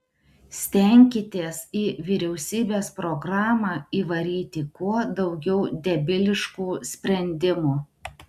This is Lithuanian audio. stenkitės į vyriausybės programą įvaryti kuo daugiau debiliškų sprendimų